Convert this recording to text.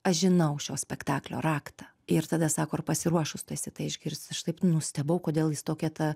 aš žinau šio spektaklio raktą ir tada sako ar pasiruošus tu esi tai išgirst aš taip nustebau kodėl jis tokia ta